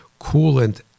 coolant